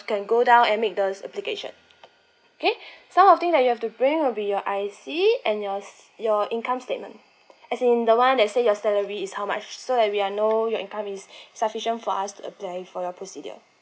can go down and make those application okay some of thing that you have to bring will be your I_C and your your income statement as in the one that say your salary is how much so that we will know your income is sufficient for us to apply for your procedure